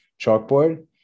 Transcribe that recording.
chalkboard